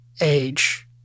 age